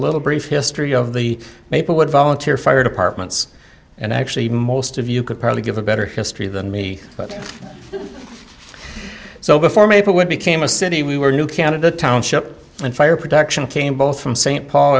little brief history of the maplewood volunteer fire departments and actually most of you could probably give a better history than me so before maplewood became a city we were new canada township and fire protection came both from st paul